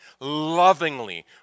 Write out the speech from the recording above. lovingly